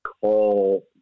call